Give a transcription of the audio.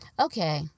okay